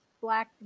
black